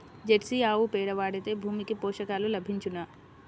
Jersey ఆవు పేడ వాడితే భూమికి పోషకాలు లభించునా?